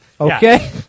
Okay